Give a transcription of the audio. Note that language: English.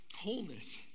wholeness